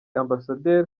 amb